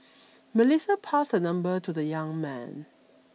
Melissa passed her number to the young man